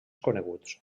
coneguts